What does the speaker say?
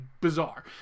bizarre